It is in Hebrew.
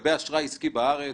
לגבי אשראי עסקי בארץ,